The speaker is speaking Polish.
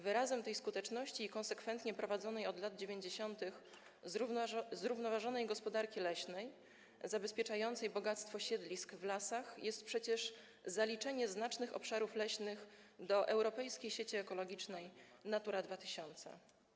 Wyrazem tej skuteczności i konsekwentnie prowadzonej od lat 90. zrównoważonej gospodarki leśnej zabezpieczającej bogactwo siedlisk w lasach jest przecież zaliczenie znacznych obszarów leśnych do Europejskiej Sieci Ekologicznej „Natura 2000”